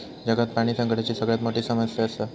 जगात पाणी संकटाची सगळ्यात मोठी समस्या आसा